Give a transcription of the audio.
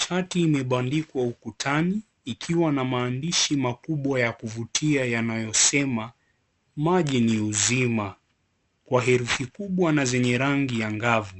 Chati imepandikwa ukutani ikiwa na maandishi makubwa ya kuvutia yanayosema maji ni uzima kwa herufi kubwa na zenye rangi ya angafu